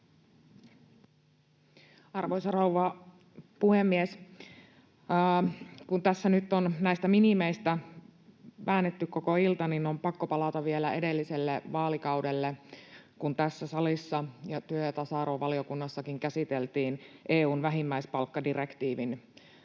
Arvoisa rouva puhemies! Kun tässä nyt on näistä minimeistä väännetty koko ilta, niin on pakko palata vielä edelliselle vaalikaudelle, kun tässä salissa ja työ- ja tasa-arvovaliokunnassakin käsiteltiin EU:n vähimmäispalkkadirektiivin